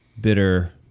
bitter